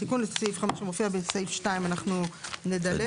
התיקון לסעיף 5 שמופיע בסעיף 2, אנחנו נדלג עליו.